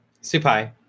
Supai